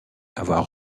avoir